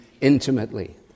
intimately